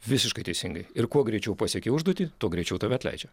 visiškai teisingai ir kuo greičiau pasieki užduotį tuo greičiau tave atleidžia